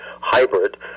hybrid